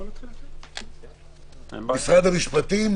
משרד המשפטים,